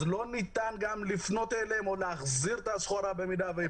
אז לא ניתן גם לפנות אליהם או להחזיר את הסחורה במידה והיא